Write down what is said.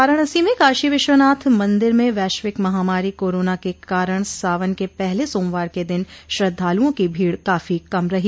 वाराणसी में काशी विश्वनाथ मंदिर में वैश्विक महामारी कोरोना के कारण सावन के पहले सोमवार के दिन श्रद्धाल्रों की भीड काफी कम रही